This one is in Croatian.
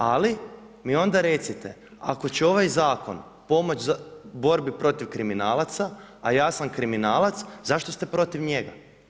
Ali mi onda recite ako će ovaj zakon pomoći borbi protiv kriminalaca, a ja sam kriminalac, zašto ste protiv njega?